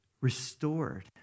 restored